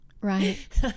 Right